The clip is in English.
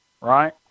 right